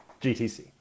GTC